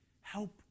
Help